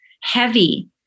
heavy